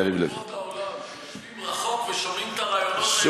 אם יושבים רחוק ושומעים את הרעיונות האלה ואז הם נראים ריאליים,